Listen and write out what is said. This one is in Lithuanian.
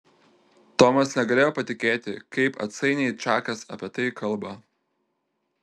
tomas negalėjo patikėti kaip atsainiai čakas apie tai kalba